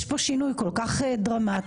יש פה שינוי כל כך דרמטי,